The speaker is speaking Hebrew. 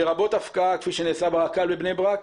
לרבות הפקעה כפי שנעשה ברכבת הקלה בבני ברק,